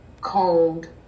cold